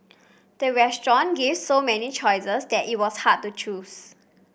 the restaurant gave so many choices that it was hard to choose